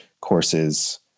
courses